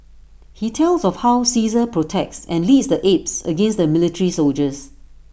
he tells of how Caesar protects and leads the apes against the military soldiers